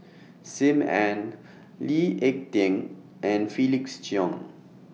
SIM Ann Lee Ek Tieng and Felix Cheong